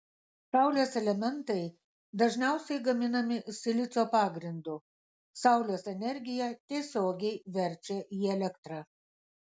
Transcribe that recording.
saulės elementai dažniausiai gaminami silicio pagrindu saulės energiją tiesiogiai verčia į elektrą